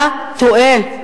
אתה טועה.